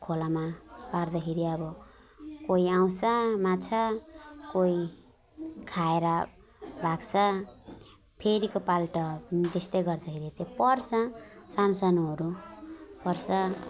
खोलामा पार्दाखेरि अब कोही आउँछ माछा कोही खाएर भाग्छ फेरिको पल्ट पनि त्यस्तै गर्दाखेरि त पर्छ सानोसानोहरू पर्छ